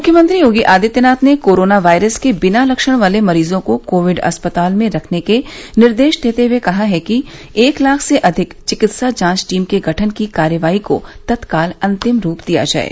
मुख्यमंत्री योगी आदित्यनाथ ने corona virus के बिना लक्षण वाले मरीजों को कोविड अस्पताल में रखने के निर्देश देते हुए कहा कि एक लाख से अधिक चिकित्सा जांच टीम के गठन की कार्रवाई को तत्काल अंतिम रूप दिया जाये